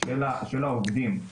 של העובדים.